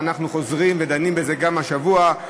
ואנחנו חוזרים ודנים בזה גם השבוע.